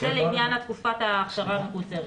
זה לעניין תקופת האכשרה המקוצרת.